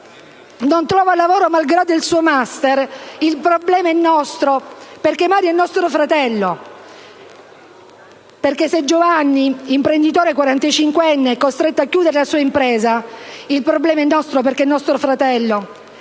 non trova lavoro malgrado il suo *master*, il problema è nostro, perché Mario è nostro fratello. Se Giovanni, imprenditore quarantacinquenne, è costretto a chiudere la sua impresa, il problema è nostro, perché Giovanni è nostro fratello.